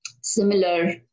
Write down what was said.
similar